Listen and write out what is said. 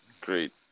Great